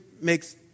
makes